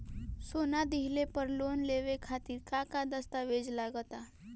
सोना दिहले पर लोन लेवे खातिर का का दस्तावेज लागा ता?